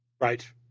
Right